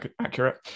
accurate